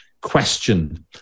question